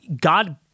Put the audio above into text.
God